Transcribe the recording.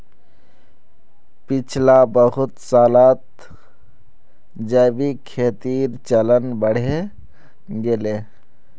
पिछला बहुत सालत जैविक खेतीर चलन बढ़े गेले